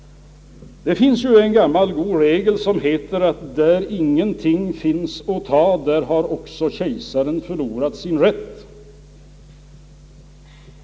Det finns en gammal god regel att där ingenting finns att ta, där har också kejsaren förlorat sin rätt.